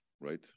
right